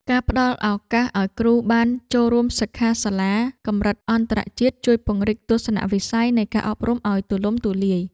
ការផ្តល់ឱកាសឱ្យគ្រូបានចូលរួមសិក្ខាសាលាកម្រិតអន្តរជាតិជួយពង្រីកទស្សនវិស័យនៃការអប់រំឱ្យទូលំទូលាយ។